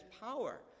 power